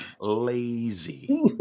Lazy